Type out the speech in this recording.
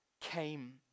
came